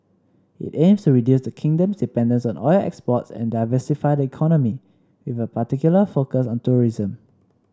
it aims to reduce the kingdom's dependence on oil exports and diversify the economy with a particular focus on tourism